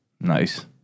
Nice